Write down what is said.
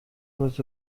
was